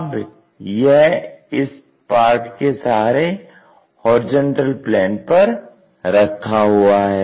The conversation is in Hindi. अब यह इस पार्ट के सहारे HP पर रखा हुआ है